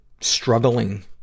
struggling